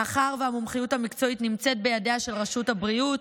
מאחר שהמומחיות המקצועית נמצאת בידיה של רשות הבריאות,